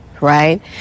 right